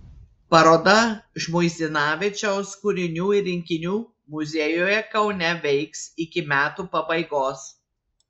paroda žmuidzinavičiaus kūrinių ir rinkinių muziejuje kaune veiks iki metų pabaigos